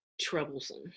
troublesome